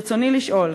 ברצוני לשאול: